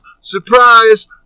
Surprise